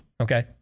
okay